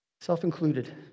Self-included